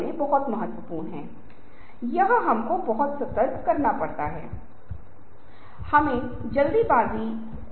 जब मैं कुछ देखता हूं तो उस चीज को दृश्य होना चाहिए यही मैं आपको देख रहा हूं मैं कैमरा देख रहा हूं मैं अभी पावर प्वाइंट देख रहा हूं